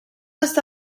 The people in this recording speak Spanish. esta